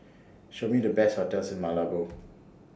Show Me The Best hotels in Malabo